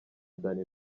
danny